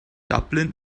dublin